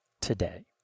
today